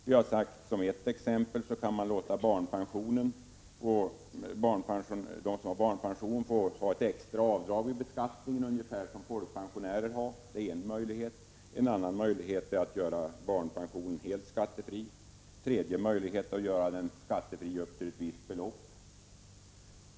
Vi har sagt som ett exempel att man kan låta dem som har barnpension få ett extra avdrag vid beskattningen, ungefär som folkpensionärer. En annan möjlighet är att göra barnpensionen helt skattefri. En tredje är att göra den skattefri upp till ett visst belopp.